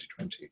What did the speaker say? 2020